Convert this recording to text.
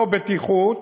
זו בטיחות